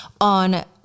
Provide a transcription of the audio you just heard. on